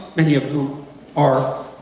many of whom are